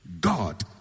God